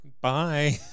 Bye